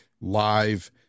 live